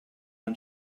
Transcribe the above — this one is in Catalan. han